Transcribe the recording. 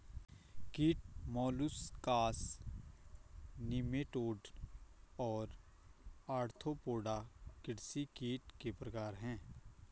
कीट molluscs nematode और arthropoda कृषि कीट के प्रकार हैं